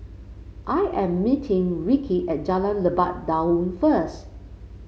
I am meeting Rickie at Jalan Lebat Daun first